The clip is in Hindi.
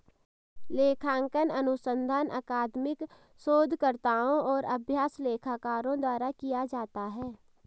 लेखांकन अनुसंधान अकादमिक शोधकर्ताओं और अभ्यास लेखाकारों द्वारा किया जाता है